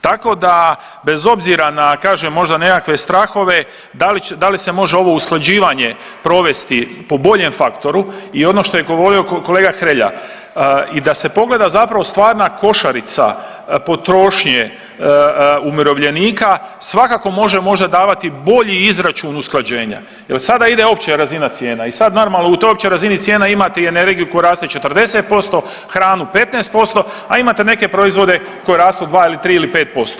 Tako da bez obzira na, kažem možda nekakve strahove da li se može ovo usklađivanje provesti po boljem faktoru i ono što je govorio kolega Hrelja, i da se pogleda zapravo stvarna košarica potrošnje umirovljenika, svakako može možda davati bolji izračun usklađenja jer sada ide opća razina cijena i sad normalno, u toj općoj razini cijena imate i energiju koja raste 40%, hranu 15%, a imate neke proizvode koji rastu 2 ili 3 ili 5%